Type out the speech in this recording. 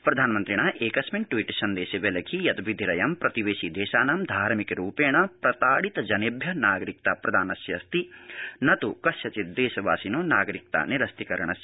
प्रधानमन्त्रिणा एकस्मिन् ट्वीट् सन्देश व्यलेखि यत् विधिरयं प्रतिवेशि देशानां धार्मिक रूपेण प्रताडित जनेभ्य नागरिकता प्रदानस्य अस्ति न त् कस्यचित् देशवासिनो नागरिकता निरस्तीकरणस्य